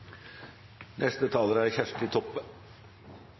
Neste taler er